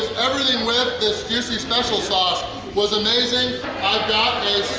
everything with this juicy special sauce was amazing! i've got